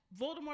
Voldemort